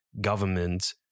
government